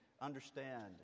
understand